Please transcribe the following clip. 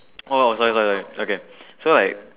oh sorry sorry sorry okay so like